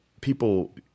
people